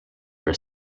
for